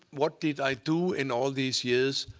what did i do in all these years?